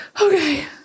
Okay